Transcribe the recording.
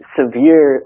severe